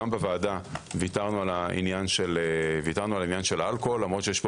גם בוועדה ויתרנו על עניין האלכוהול למרות שיש פה